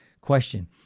Question